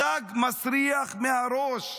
הדג מסריח מהראש.